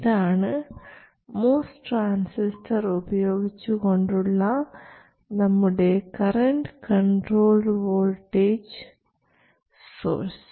ഇതാണ് MOS transistor ഉപയോഗിച്ചുകൊണ്ടുള്ള നമ്മുടെ കറൻറ് കൺട്രോൾഡ് വോൾട്ടേജ് സോഴ്സ്